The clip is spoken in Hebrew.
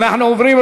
אנחנו עוברים,